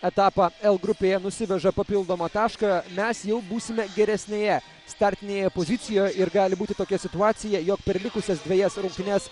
etapą l grupėje nusiveža papildomą tašką mes jau būsime geresnėje startinėje pozicijoj ir gali būti tokia situacija jog per likusias dvejas rungtynes